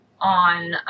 on